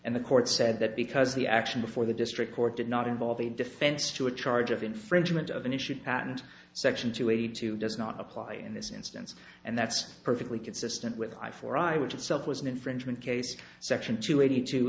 and the court said that because the action before the district court did not involve a defense to a charge of infringement of an issue patent section two eighty two does not apply in this instance and that's perfectly consistent with i for i which itself was an infringement case section two eighty two